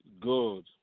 good